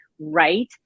right